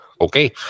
Okay